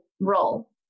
role